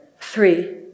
Three